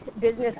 business